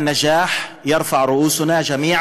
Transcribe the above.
ההצלחה הזאת זוקפת את הראשים של כולנו.